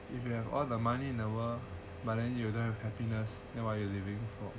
if you have all the money in the world but then you don't have happiness then what you living before